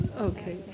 Okay